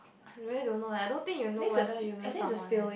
I really don't know I don't think you know whether you love someone leh